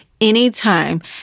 Anytime